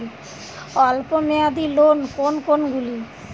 অল্প মেয়াদি লোন কোন কোনগুলি?